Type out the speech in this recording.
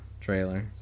trailer